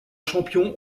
champions